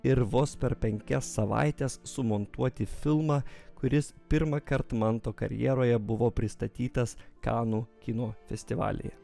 ir vos per penkias savaites sumontuoti filmą kuris pirmąkart manto karjeroje buvo pristatytas kanų kino festivalyje